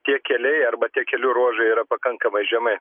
tie keliai arba tie kelių ruožai yra pakankamai žemai